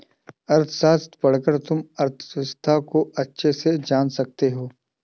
अर्थशास्त्र पढ़कर तुम अर्थव्यवस्था को अच्छे से जान सकते हो